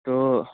تو